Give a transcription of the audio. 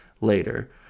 later